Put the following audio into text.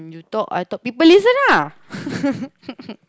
you talk I talk people listen lah